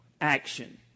action